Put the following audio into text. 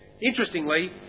Interestingly